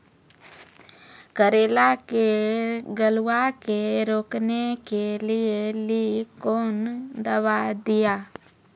करेला के गलवा के रोकने के लिए ली कौन दवा दिया?